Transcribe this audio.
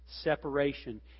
separation